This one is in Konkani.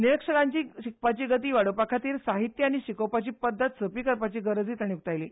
निरीक्षरांची शिकपाची गती वाडोवपा खातीर साहित्य आनी शिकोवपाची पद्दत सोंपी करपाची गरज तांणी उकतायली